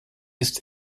ist